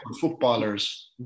footballers